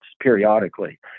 periodically